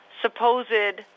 supposed